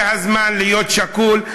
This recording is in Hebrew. זה הזמן להיות שקול,